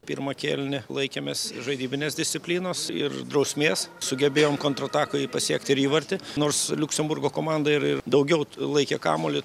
pirmą kėlinį laikėmės žaidybinės disciplinos ir drausmės sugebėjom kontratakoj pasiekti ir įvartį nors liuksemburgo komanda ir ir daugiau laikė kamuolį